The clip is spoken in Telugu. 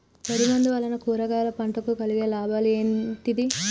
పొడిమందు వలన కూరగాయల పంటకు కలిగే లాభాలు ఏంటిది?